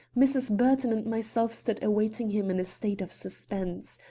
mrs. burton and myself stood awaiting him in a state of suspense.